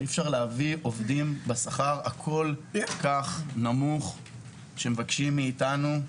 בשכר כל כך נמוך שמבקשים מאיתנו.